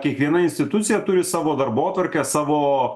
kiekviena institucija turi savo darbotvarkę savo